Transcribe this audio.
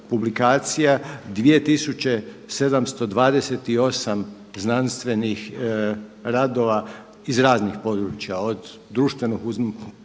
publikacija, 2728 znanstvenih radova iz raznih područja od društveno-humanističkih,